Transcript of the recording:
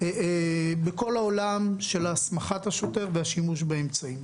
בכל העולם של הסמכת השוטר והשימוש באמצעים.